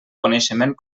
coneixement